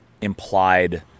implied